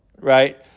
right